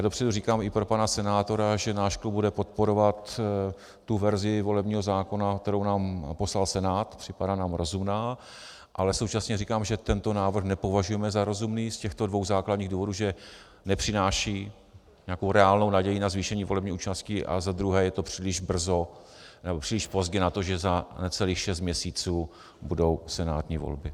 Dopředu říkám i pro pana senátora, že náš klub bude podporovat tu verzi volebního zákona, kterou nám poslal Senát, připadá nám rozumná, ale současně říkám, že tento návrh nepovažujeme za rozumný z těchto dvou základních důvodů, že nepřináší nějakou reálnou naději na zvýšení volební účasti a za druhé je to příliš pozdě na to, že za necelých šest měsíců budou senátní volby.